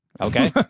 Okay